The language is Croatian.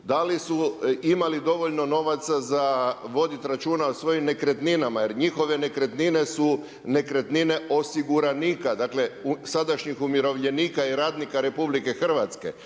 Da li su imali dovoljno novaca za voditi računa o svojim nekretninama jer njihove nekretnine su nekretnine osiguranika, dakle sadašnjih umirovljenika i radnika RH, pogrešno je